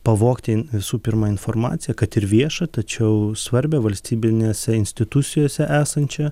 pavogti visų pirma informaciją kad ir viešą tačiau svarbią valstybinėse institucijose esančią